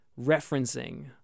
referencing